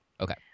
Okay